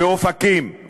באופקים,